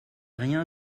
rien